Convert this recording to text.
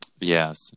yes